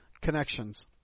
connections